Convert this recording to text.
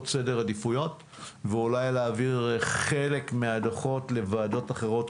סדר עדיפויות ואולי להעביר חלק מהדוחות לוועדות אחרות,